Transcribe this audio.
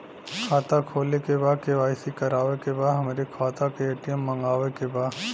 खाता खोले के बा के.वाइ.सी करावे के बा हमरे खाता के ए.टी.एम मगावे के बा?